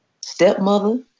stepmother